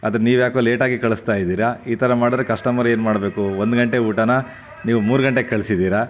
ಆದರೆ ನೀವ್ಯಾಕೊ ಲೇಟ್ ಆಗಿ ಕಳಿಸ್ತಾ ಇದ್ದೀರಾ ಈ ಥರ ಮಾಡಿದರೆ ಕಸ್ಟಮರ್ ಏನು ಮಾಡಬೇಕು ಒಂದು ಗಂಟೆ ಊಟನ ನೀವು ಮೂರು ಗಂಟೆಗೆ ಕಳ್ಸಿದ್ದೀರಾ